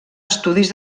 estudis